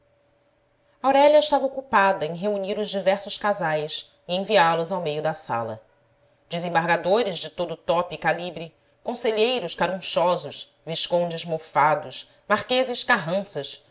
aurélia estava ocupada em reunir os diversos casais e enviá los ao meio da sala desembargadores de todo o tope e calibre conselheiros carunchosos viscondes mofados marqueses carranças